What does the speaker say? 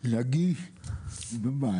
ומתל אביב לחולון.